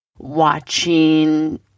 Watching